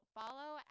follow